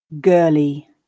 girly